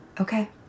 Okay